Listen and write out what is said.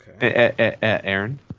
Aaron